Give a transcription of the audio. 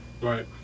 Right